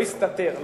לא הסתתר,